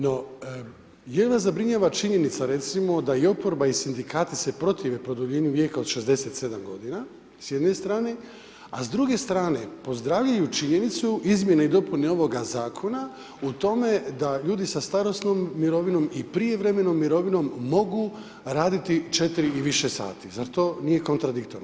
No, jel' vas zabrinjava činjenica recimo da i oporba i sindikati se protive produljenju vijeka od 67 g. s jedne strane, a s druge strane, pozdravljaju činjenicu izmjene i dopune ovoga zakona, u tome da ljudi sa starosnom mirovinom i prijevremenom mirovinom, mogu raditi 4 i više sati, zar to nije kontradiktorno.